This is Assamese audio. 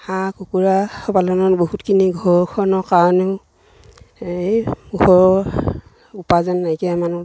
হাঁহ কুকুৰা পালনত বহুতখিনি ঘৰখনৰ কাৰণেও এই ঘৰৰ উপাৰ্জন নাইকিয়া মানুহ